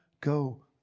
go